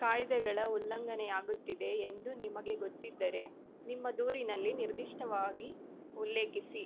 ಕಾಯಿದೆಗಳ ಉಲ್ಲಂಘನೆಯಾಗುತ್ತಿದೆ ಎಂದು ನಿಮಗೆ ಗೊತ್ತಿದ್ದರೆ ನಿಮ್ಮ ದೂರಿನಲ್ಲಿ ನಿರ್ದಿಷ್ಟವಾಗಿ ಉಲ್ಲೇಖಿಸಿ